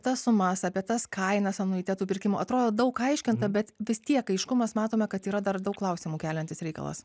tas sumas apie tas kainas anuitetų pirkimo atrodo daug aiškinta bet vis tiek aiškumas matome kad yra dar daug klausimų keliantis reikalas